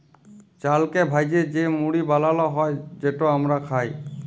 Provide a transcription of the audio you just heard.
চালকে ভ্যাইজে যে মুড়ি বালাল হ্যয় যেট আমরা খাই